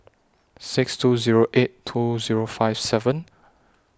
six two Zero eight two Zero five seven